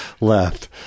left